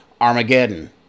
Armageddon